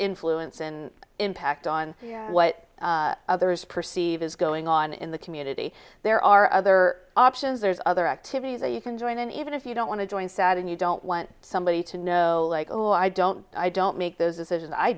influence and impact on what others perceive is going on in the community there are other options there's other activities that you can join in even if you don't want to join said and you don't want somebody to know like oh i don't i don't make those decisions i